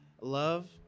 love